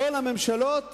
בכל הממשלות